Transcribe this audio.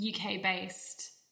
UK-based